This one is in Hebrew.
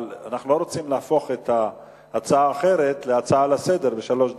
אבל אנחנו לא רוצים להפוך את ההצעה האחרת להצעה לסדר-היום של שלוש דקות.